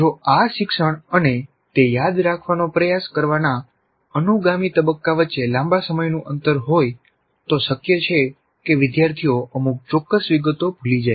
જો આ શિક્ષણ અને તે યાદ રાખવાનો પ્રયાસ કરવાના અનુગામી તબક્કા વચ્ચે લાંબા સમયનું અંતર હોય તો શક્ય છે કે વિદ્યાર્થીઓ અમુક ચોક્કસ વિગતો ભૂલી જાય